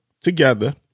together